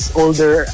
older